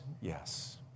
Yes